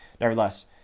Nevertheless